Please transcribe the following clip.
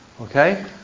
Okay